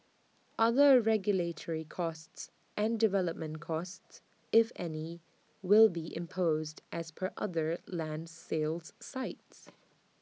other regulatory costs and development costs if any will be imposed as per other land sales sites